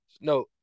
No